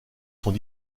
sont